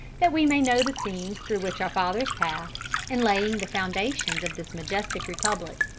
that we may know the scenes through which our fathers passed, in laying the foundations of this majestic republic.